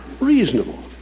Reasonable